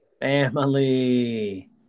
Family